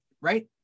right